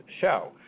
show